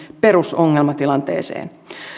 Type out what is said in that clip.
perusongelmatilanteeseen